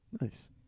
Nice